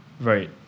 Right